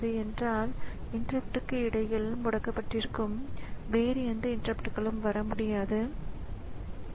அதனுடன் தொடர்புடைய மெமரி லாெக்கேஷனின் உள்ளடக்கம் எதுவாக இருந்தாலும் அது ஸிபியுவில் ஏற்றப்பட்டு அது இன்ஸ்ட்ரக்ஷனாக எடுத்து காெள்ளப்பட்டு எக்ஸிக்யுட் செய்யப்படுகிறது